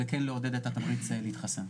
וכן להוות את התמריץ להתחסן.